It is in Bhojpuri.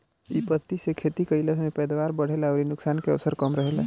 इ पद्धति से खेती कईला में पैदावार बढ़ेला अउरी नुकसान के अवसर कम रहेला